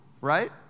right